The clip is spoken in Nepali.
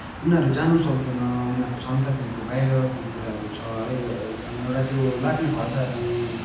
उनीहरू जानु सक्दैन उनीहरूको क्षमतादेखिको बाहिरको कुराहरू छ है एकदम एउटा त्यो लाग्ने खर्चहरू